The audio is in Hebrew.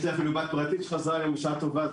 יש לי אפילו בת שחזרה ללמוד בשעה טובה.